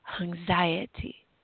Anxiety